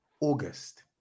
August